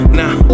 now